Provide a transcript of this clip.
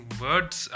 words